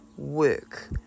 work